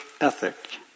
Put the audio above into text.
ethic